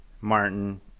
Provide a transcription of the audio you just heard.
Martin